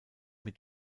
mit